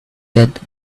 that